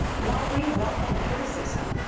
while we welcome criticism,